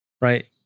right